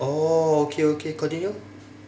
oh okay okay continue